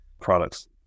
products